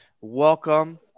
welcome